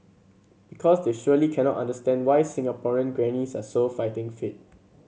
because they surely cannot understand why Singaporean grannies are so fighting fit